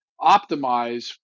optimize